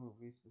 movie